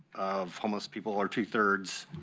of homeless people, or two-thirds,